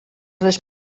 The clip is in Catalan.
les